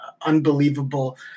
unbelievable